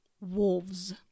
wolves